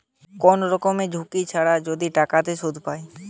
কোন রকমের ঝুঁকি ছাড়া যদি টাকাতে সুধ পায়